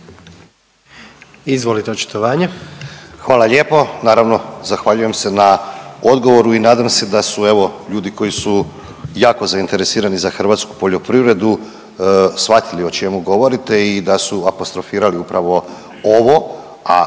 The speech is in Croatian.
Goran (HDZ)** Hvala lijepo. Naravno zahvaljujem se na odgovoru i nadam se da su evo ljudi koji su jako zainteresirani za hrvatsku poljoprivredu shvatili o čemu govorite i da su apostrofirali upravo ovo, a